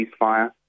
ceasefire